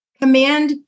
Command